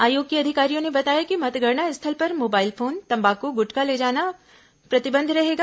आयोग के अधिकारियों ने बताया कि मतगणना स्थल पर मोबाइल फोन तम्बाकू गुटखा ले जाने पर प्रतिबंध रहेगा